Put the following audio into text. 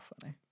funny